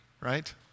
right